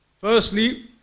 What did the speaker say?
firstly